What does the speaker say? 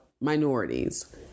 minorities